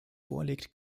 vorlegt